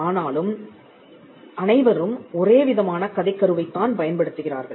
ஆனால் அனைவரும் ஒரே விதமான கதைக் கருவைத் தான் பயன்படுத்துகிறார்கள்